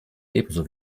ebenso